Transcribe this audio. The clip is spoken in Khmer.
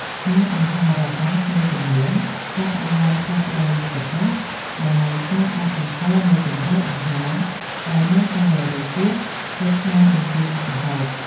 ហាងអាហាររហ័សមួយចំនួនចាប់ផ្តើមផ្លាស់ប្តូរយុទ្ធសាស្ត្រដោយការដាក់បញ្ចូលនូវជម្រើសអាហារដែលមានកាឡូរីទាបទៅក្នុងបញ្ជីមុខម្ហូប។